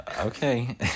okay